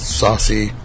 saucy